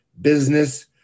business